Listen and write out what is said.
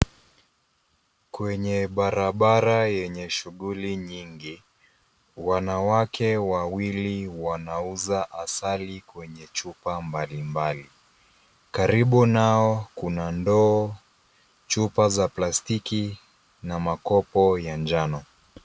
Kwenye barabara yenye shughuli nyingi, wanawake wawili wanauza asali kwenye chupa mbalimbali. Karibu nao kuna ndoo, chupa za plastiki, na makopo ya njano.